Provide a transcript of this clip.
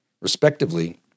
respectively